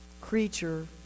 creature